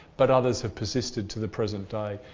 but others have persisted to the present day,